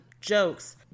jokes